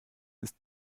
ist